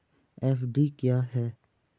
FD क्या है?